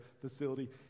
facility